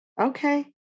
okay